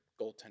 goaltender